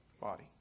body